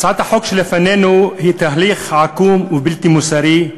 הצעת החוק שלפנינו היא תהליך עקום ובלתי מוסרי,